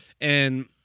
And-